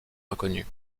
reconnu